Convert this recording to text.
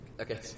Okay